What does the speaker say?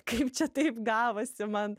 kaip čia taip gavosi man